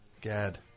gad